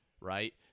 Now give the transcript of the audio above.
right